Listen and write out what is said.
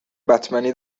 بتمنی